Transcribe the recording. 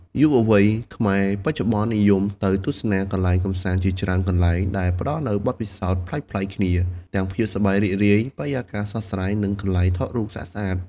យុវវ័យខ្មែរបច្ចុប្បន្ននិយមទៅទស្សនាកន្លែងកម្សាន្តជាច្រើនកន្លែង ដែលផ្ដល់នូវបទពិសោធន៍ប្លែកៗគ្នា ទាំងភាពសប្បាយរីករាយ បរិយាកាសស្រស់ស្រាយ និងកន្លែងថតរូបស្អាតៗ។